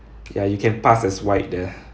ya you can pass as white there